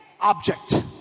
object